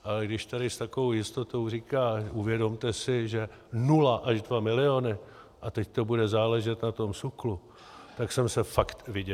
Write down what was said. Ale když tady s takovou jistotou říká: uvědomte si, že nula až dva miliony, a teď to bude záležet na tom SÚKLu, tak jsem se fakt vyděsil.